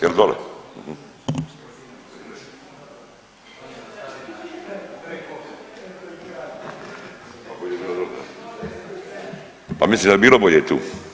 Jel dole? … [[Upadica se ne razumije.]] Pa mislim da bi bilo bolje tu.